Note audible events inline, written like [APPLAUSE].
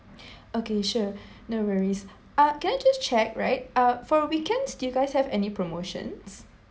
[BREATH] okay sure [BREATH] no worries uh can I just check right uh for weekends do you guys have any promotions